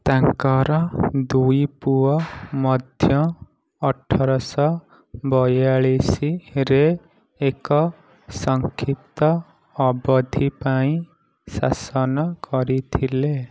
ତାଙ୍କର ଦୁଇ ପୁଅ ମଧ୍ୟ ଅଠର ଶହ ବୟାଳିଶରେ ଏକ ସଂକ୍ଷିପ୍ତ ଅବଧି ପାଇଁ ଶାସନ କରିଥିଲେ